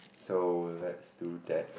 so let's do that